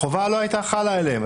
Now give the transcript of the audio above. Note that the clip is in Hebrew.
החובה לא הייתה חלה עליהם.